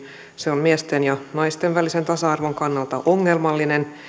se on miesten ja naisten välisen tasa arvon kannalta ongelmallinen